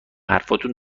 حرفاتون